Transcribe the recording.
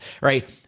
right